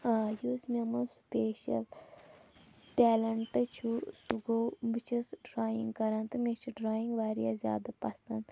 آ یُس مےٚ منٛز سُپیشَل ٹیلَنٹہٕ چھُ سُہ گوٚو بہٕ چھَس ڈرٛایِنٛگ کَران تہٕ مےٚچھِ ڈرٛایِنٛگ واریاہ زیادٕ پسنٛد